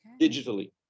digitally